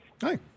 Hi